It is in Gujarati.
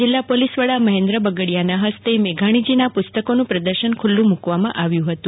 જિલ્લા પોલીસ વડા મહેન્દ્ર બગડીયા ના ફસ્તે મેઘાણીજીના પુસ્તકોનું પ્રદર્શન ખુલ્લું મુકવામાં આવ્યું હતું